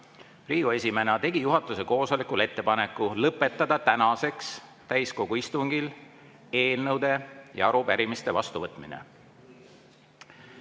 Riigikogu esimehena tegi juhatuse koosolekul ettepaneku lõpetada tänaseks täiskogu istungil eelnõude ja arupärimiste vastuvõtmine.